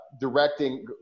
directing